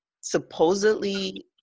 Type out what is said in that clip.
supposedly